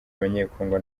abanyekongo